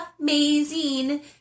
amazing